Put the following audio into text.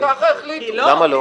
כי ככה החליט --- למה לא?